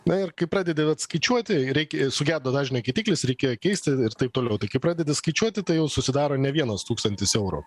na ir kai pradedi vat skaičiuoti reikia sugedo dažnio keitiklis reikėjo keisti ir taip toliau tai kai pradedi skaičiuoti tai jau susidaro ne vienas tūkstantis eurų